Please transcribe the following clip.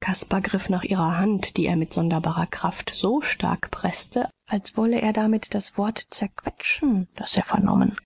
caspar griff nach ihrer hand die er mit sonderbarer kraft so stark preßte als wolle er damit das wort zerquetschen das er vernommen